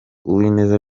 uwineza